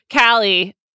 Callie